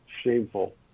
shameful